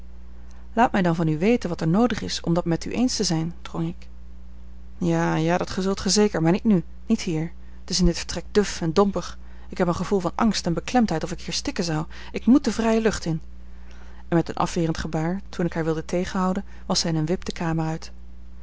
laat mij dan van u weten wat er noodig is om dat met u eens te zijn drong ik ja ja dat zult gij zeker maar niet nu niet hier t is in dit vertrek duf en dompig ik heb een gevoel van angst en beklemdheid of ik hier stikken zou ik moet de vrije lucht in en met een afwerend gebaar toen ik haar wilde tegenhouden was zij in een wip de kamer uit